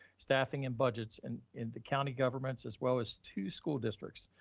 staffing and budgets and and the county governments as well as two school districts.